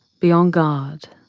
be on guard,